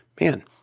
man